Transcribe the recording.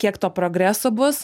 kiek to progreso bus